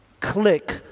click